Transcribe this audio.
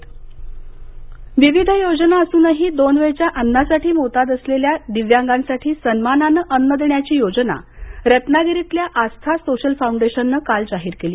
आस्था दिव्यांग रत्नागिरी विविध योजना असूनही दोन वेळच्या अन्नासाठी मोताद असलेल्या दिव्यांगांसाठी सन्मानानं अन्न देण्याची योजना रत्नागिरीतल्या आस्था सोशल फाउंडेशननं काल जाहीर केली